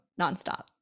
nonstop